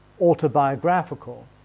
autobiographical